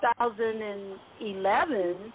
2011